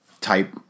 type